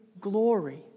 glory